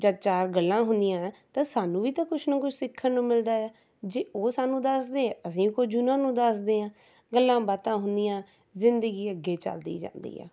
ਜਦ ਚਾਰ ਗੱਲਾਂ ਹੁੰਦੀਆਂ ਤਾਂ ਸਾਨੂੰ ਵੀ ਤਾਂ ਕੁਛ ਨਾ ਕੁਛ ਸਿੱਖਣ ਨੂੰ ਮਿਲਦਾ ਹੈ ਜੇ ਉਹ ਸਾਨੂੰ ਦੱਸਦੇ ਹੈ ਤਾਂ ਅਸੀਂ ਵੀ ਕੁਝ ਉਹਨਾਂ ਨੂੰ ਦੱਸਦੇ ਹੈ ਗੱਲਾਂ ਬਾਤਾਂ ਹੁੰਦੀਆਂ ਜ਼ਿੰਦਗੀ ਅੱਗੇ ਚੱਲਦੀ ਜਾਂਦੀ ਆ